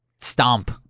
stomp